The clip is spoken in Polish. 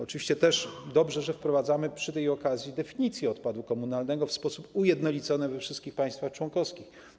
Oczywiście dobrze, że wprowadzamy przy tej okazji definicję odpadu komunalnego w sposób ujednolicony we wszystkich państwach członkowskich.